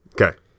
okay